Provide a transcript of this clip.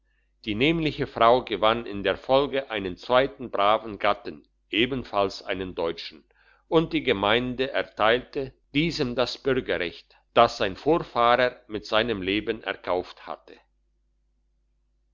die nämliche frau gewann in der folge einen zweiten braven gatten ebenfalls einen deutschen und die gemeinde erteilte diesem das bürgerrecht das sein vorfahrer mit seinem leben erkauft hatte